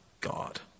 God